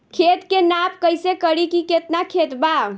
खेत के नाप कइसे करी की केतना खेत बा?